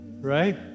right